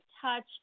touch